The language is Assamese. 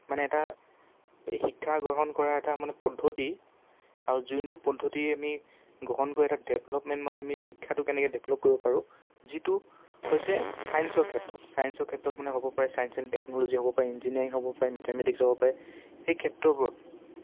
মানে এটা এই শিক্ষা গ্ৰহণ কৰা এটা মানে পদ্ধতি আৰু যোনটো পদ্ধতি আমি গ্ৰহণ কৰি এটা ডেভেলপমেণ্ট মানে আমি শিক্ষাটো কেনেকৈ ডেভেলপ কৰিব পাৰোঁ যিটো হৈছে চায়েন্সৰ ক্ষেত্ৰত চায়েন্সৰ ক্ষেত্ৰত মানে হ'ব পাৰে চায়েন্স এণ্ড টেকনলজি হ'ব পাৰে ইঞ্জিনিয়াৰিং হ'ব পাৰে মেথমেটিক্স হ'ব পাৰে সেই ক্ষেত্ৰবোৰত